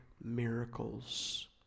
miracles